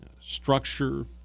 structure